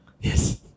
Yes